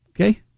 Okay